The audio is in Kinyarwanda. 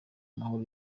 amahoro